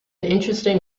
interesting